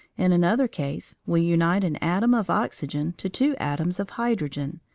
in another case we unite an atom of oxygen to two atoms of hydrogen,